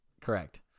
Correct